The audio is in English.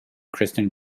christian